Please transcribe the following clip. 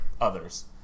others